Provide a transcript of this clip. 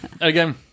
Again